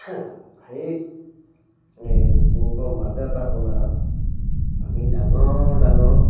সেই এইবোৰৰ মাজত আপোনাৰ আমি ডাঙৰ ডাঙৰ